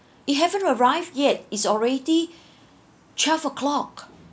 it haven't arrived yet it's already twelve o'clock